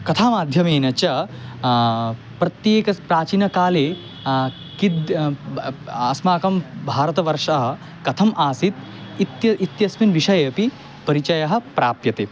कथामाध्यमेन च प्रत्येक प्राचीनकाले किद् अस्माकं भारतवर्षः कथम् आसीत् इत्य इत्यस्मिन् विषये अपि परिचयः प्राप्यते